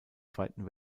zweiten